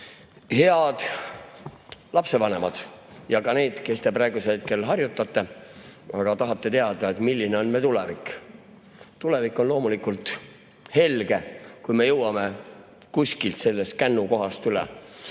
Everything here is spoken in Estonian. Head lapsevanemad ja ka need, kes te praegusel hetkel harjutate! Tahate teada, milline on tulevik? Tulevik on loomulikult helge, kui me jõuame kuskilt sellest kännukohast üle.